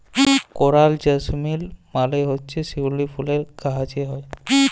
করাল জেসমিল মালে হছে শিউলি ফুল গাহাছে হ্যয়